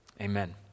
amen